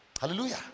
Hallelujah